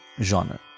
genre